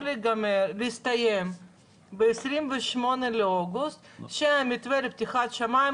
להסתיים ב-28 באוגוסט כשהמתווה לפתיחת שמים,